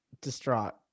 Distraught